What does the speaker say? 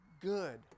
good